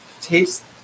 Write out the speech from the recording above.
taste